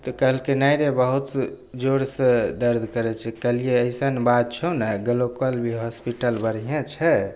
तऽ कहलकै नहि रे बहुत जोरसे दरद करै छै कहलिए अइसन बात छौ ने एगो लोकल भी हॉसपिटल बढ़िएँ छै